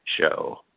show